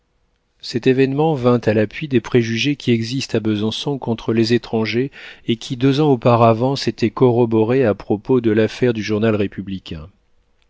cet événement vint à l'appui des préjugés qui existent à besançon contre les étrangers et qui deux ans auparavant s'étaient corroborés à propos de l'affaire du journal républicain